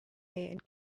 and